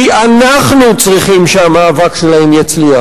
כי אנחנו צריכים שהמאבק שלהם יצליח,